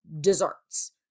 Desserts